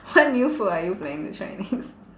what new food are you planning to try next